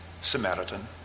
Samaritan